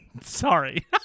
Sorry